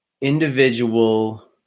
individual